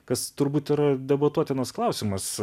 kas turbūt yra debatuotinas klausimas